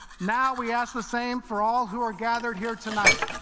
now we ask the same for all who are gathered here tonight.